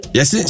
Yes